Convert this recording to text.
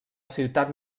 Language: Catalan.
ciutat